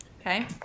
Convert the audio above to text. Okay